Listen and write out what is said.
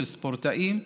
של ספורטאים,